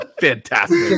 Fantastic